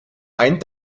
einen